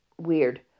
weird